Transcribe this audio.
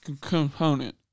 component